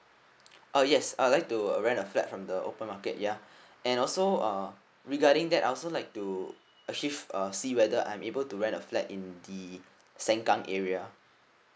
uh yes I would like to uh rent a flat from the open market ya and also regarding that I also like to actually uh see whether I'm able to rent a flat in the sengkang area